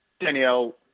Danielle